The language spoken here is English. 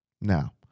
Now